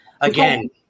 again